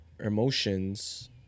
emotions